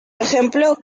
ejemplo